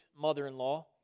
mother-in-law